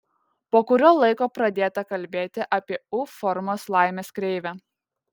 po kurio laiko pradėta kalbėti apie u formos laimės kreivę